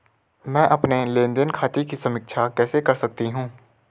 मैं अपने लेन देन खाते की समीक्षा कैसे कर सकती हूं?